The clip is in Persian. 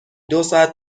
دوساعت